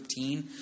13